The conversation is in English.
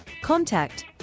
Contact